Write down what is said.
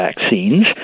Vaccines